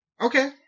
Okay